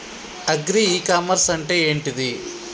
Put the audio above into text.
Agri e commerce అంటే ఏంటిది?